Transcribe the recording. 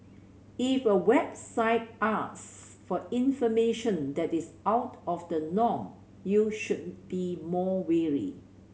if a website ask for information that is out of the norm you should be more wary